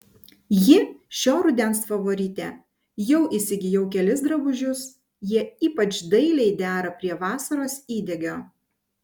ji šio rudens favoritė jau įsigijau kelis drabužius jie ypač dailiai dera prie vasaros įdegio